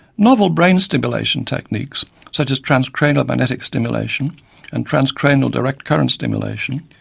novel brain stimulation techniques such as transcranial magnetic stimulation and transcranial direct current stimulation,